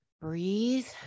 breathe